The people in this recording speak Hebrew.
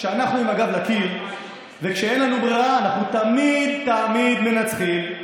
כשאנחנו עם הגב לקיר וכשאין לנו ברירה אנחנו תמיד תמיד מנצחים.